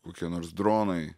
kokie nors dronai